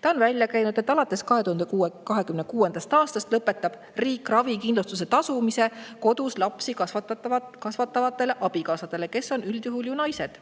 Ta on välja käinud, et alates 2026. aastast lõpetaks riik ravikindlustuse tasumise kodus lapsi kasvatavate abikaasade eest, kes on üldjuhul ju naised.